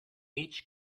each